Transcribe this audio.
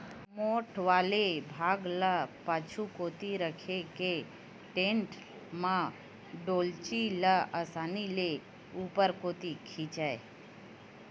मोठ वाले भाग ल पाछू कोती रखे के टेंड़ा म डोल्ची ल असानी ले ऊपर कोती खिंचय